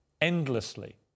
endlessly